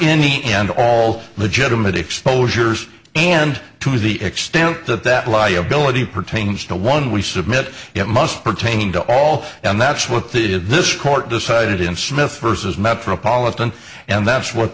any and all legitimate exposures and to the extent that that liability pertains to one we submit to must pertain to all and that's what they did this court decided in smith vs metropolitan and that's what